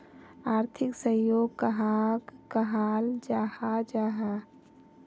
आर्थिक सहयोग कहाक कहाल जाहा जाहा?